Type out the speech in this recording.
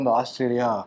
Australia